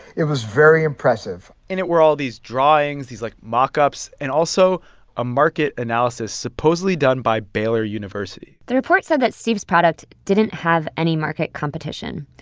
it was very impressive in it were all these drawings, these, like, mock-ups and also a market analysis supposedly done by baylor university the report said that steve's product didn't have any market competition.